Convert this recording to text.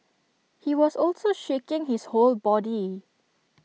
he was also shaking his whole body